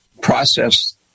process